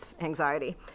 anxiety